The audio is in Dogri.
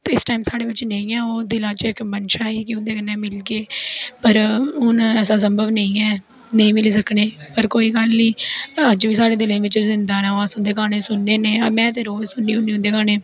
इस टैम साढ़े च नेंई ऐं ओह् दिला च इक ओह् मनशा ही कि उंदे कन्नै मिलगे पर हून ऐसा सम्भब नेंई ऐ पर कोई गल्ल नी अज बी साढ़े दिलै बिच्च जिन्दा न ओह् उंदे गाने सुननेहोने में ते रोज़ सुनन ी होनी उंदे गाने